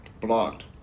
blocked